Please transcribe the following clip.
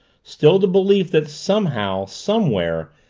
still the belief that somehow, somewhere,